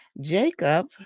Jacob